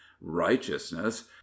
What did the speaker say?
righteousness